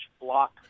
block